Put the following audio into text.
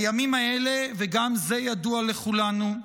הימים האלה, וגם זה ידוע לכולנו,